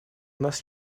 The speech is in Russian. нас